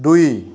দুই